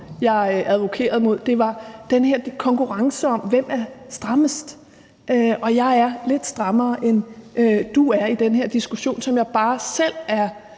jeg advokerede mod, men det var den her konkurrence om, hvem der er strammest, og at jeg er lidt strammere, end du er, i den her diskussion, som jeg bare selv er